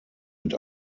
mit